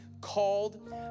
Called